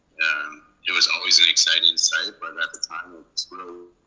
um it was always an exciting site, but at the time sort of